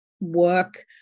work